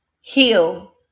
heal